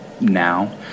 now